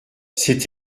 c’est